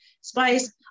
spice